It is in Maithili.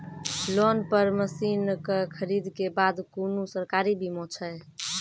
लोन पर मसीनऽक खरीद के बाद कुनू सरकारी बीमा छै?